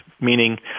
meaning